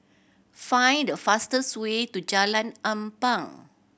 find the fastest way to Jalan Ampang